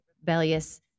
rebellious